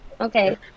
Okay